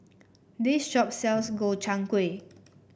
this shop sells Gobchang Gui